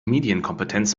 medienkompetenz